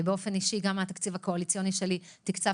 באופן אישי גם מהתקציב הקואליציוני שלי תקצבתי